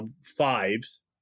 fives